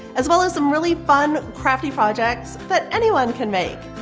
as well as some really fun crafty projects that anyone can make.